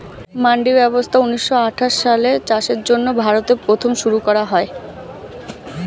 মান্ডি ব্যবস্থা ঊন্নিশো আঠাশ সালে চাষের জন্য ভারতে প্রথম শুরু করা হয়